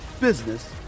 business